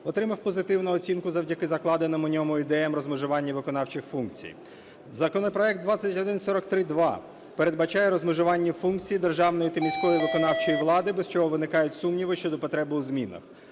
отримав позитивну оцінку завдяки закладениму у ньому ідеям розмежування виконавчих функцій. Законопроект 2143-2 передбачає розмежування функцій державної та міської виконавчої влади, без чого виникають сумніви щодо потреби у змінах.